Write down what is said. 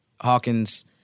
Hawkins